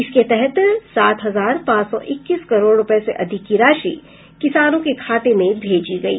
इसके तहत सात हजार पांच सौ इक्कीस करोड़ रूपये से अधिक की राशि किसानों के खाते में भेजी गयी